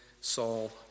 Saul